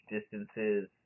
distances